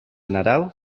nadal